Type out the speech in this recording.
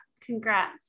Congrats